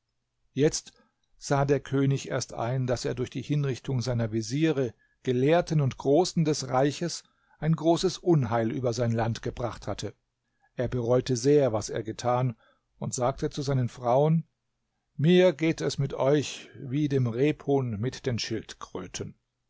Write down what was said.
jetzt sah der könig erst ein daß er durch die hinrichtung seiner veziere gelehrten und großen des reiches ein großes unheil über sein land gebracht hatte er bereute sehr was er getan und sagte zu seinen frauen mir geht es mit euch wie dem rebhuhn mit den schildkröten